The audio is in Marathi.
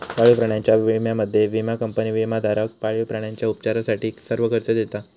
पाळीव प्राण्यांच्या विम्यामध्ये, विमा कंपनी विमाधारक पाळीव प्राण्यांच्या उपचारासाठी सर्व खर्च देता